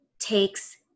takes